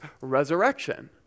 resurrection